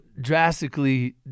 drastically